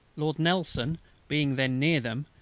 lord nelson being then near them,